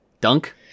Dunk